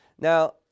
now